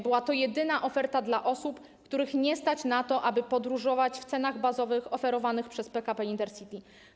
Była to jedyna oferta dla osób, których nie stać na to, aby podróżować w cenach bazowych oferowanych przez PKP Intercity.